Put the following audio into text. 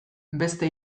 beste